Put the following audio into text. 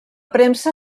premsa